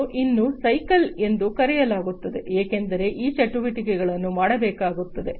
ಮತ್ತು ಇದನ್ನು ಸೈಕಲ್ ಎಂದು ಕರೆಯಲಾಗುತ್ತದೆ ಏಕೆಂದರೆ ಈ ಚಟುವಟಿಕೆಗಳನ್ನು ಮಾಡಬೇಕಾಗುತ್ತದೆ